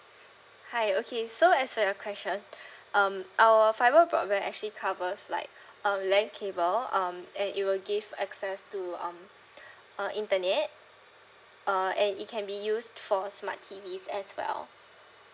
hi okay so as for your question um our fiber broadband actually covers like um land cable um and it will give access to um uh internet uh and it can be used for smart T_Vs as well